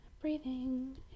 breathing